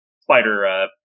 spider